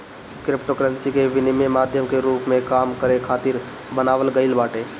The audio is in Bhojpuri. क्रिप्टोकरेंसी के विनिमय माध्यम के रूप में काम करे खातिर बनावल गईल बाटे